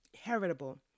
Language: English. heritable